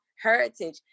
heritage